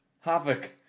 Havoc